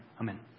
Amen